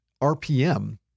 RPM